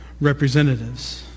representatives